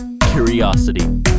curiosity